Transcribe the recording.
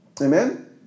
Amen